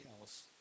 else